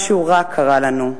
משהו רע קרה לנו.